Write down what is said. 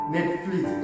Netflix